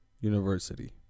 University